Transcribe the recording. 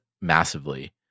massively